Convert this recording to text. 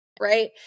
right